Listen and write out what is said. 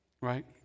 Right